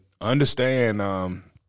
understand